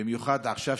במיוחד עכשיו,